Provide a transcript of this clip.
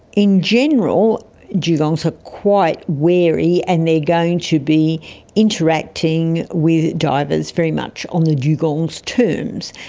in general dugongs are quite wary and they're going to be interacting with divers very much on the dugong's terms.